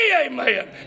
Amen